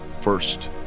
First